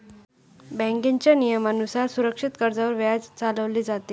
बँकेच्या नियमानुसार सुरक्षित कर्जावर व्याज चालवले जाते